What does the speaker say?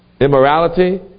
immorality